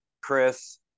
Chris